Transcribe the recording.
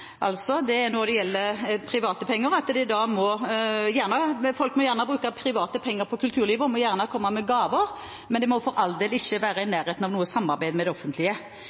Altså: Folk må gjerne bruke private penger på kulturlivet og må gjerne komme med gaver, men det må for all del ikke være i nærheten av noe samarbeid med det offentlige.